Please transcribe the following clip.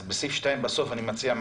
אז בסעיף 2 בסוף אני מציע: